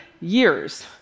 years